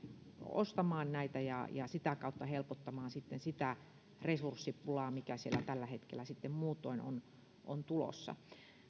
ostamaan ja ja sitä kautta helpottamaan sitä resurssipulaa mikä siellä tällä hetkellä muutoin on on tulossa